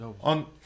on